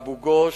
אבו-גוש,